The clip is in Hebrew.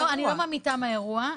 אני לא ממעיטה מהאירוע,